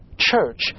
church